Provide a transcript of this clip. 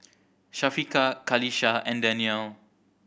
Syafiqah Qalisha and Daniel